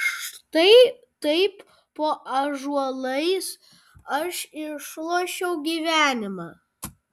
štai taip po ąžuolais aš išlošiau gyvenimą